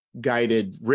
guided